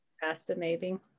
fascinating